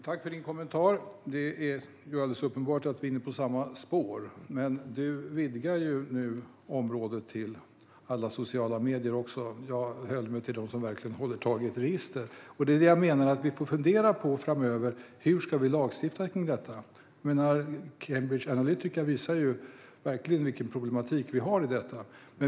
Fru talman! Tack, Jonas Millard, för din kommentar! Det är uppenbart att vi är inne på samma spår. Men du vidgar det nu till att också omfatta alla sociala medier. Jag höll mig till dem som verkligen håller ett register. Vi får fundera framöver på hur vi ska lagstifta kring detta. Cambridge Analytica visar ju verkligen vilken problematik vi har i detta.